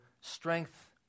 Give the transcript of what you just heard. strength